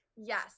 yes